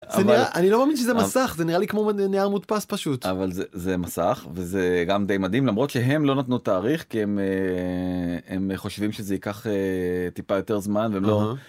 אני לא מאמין שזה מסך זה נראה לי כמו ניר מודפס פשוט. אבל זה מסך, וזה גם די מדהים, למרות שהם לא נתנו תאריך כי הם חושבים שזה ייקח טיפה יותר זמן והם לא...